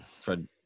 Fred